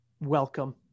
welcome